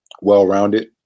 well-rounded